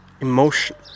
emotion